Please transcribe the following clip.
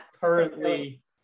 currently